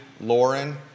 Lauren